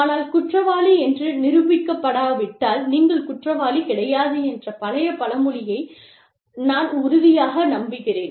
ஆனால் குற்றவாளி என்று நிரூபிக்கப்படாவிட்டால் நீங்கள் குற்றவாளி கிடையாது என்ற பழைய பழமொழியை நான் உறுதியாக நம்புகிறேன்